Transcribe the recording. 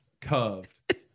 curved